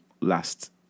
last